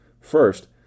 First